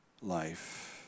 life